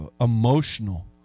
emotional